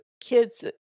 kids